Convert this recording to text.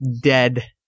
dead